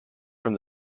from